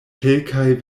kelkaj